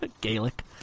Gaelic